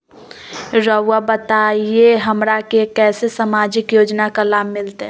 रहुआ बताइए हमरा के कैसे सामाजिक योजना का लाभ मिलते?